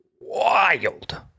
wild